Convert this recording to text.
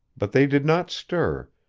but they did not stir,